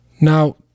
Now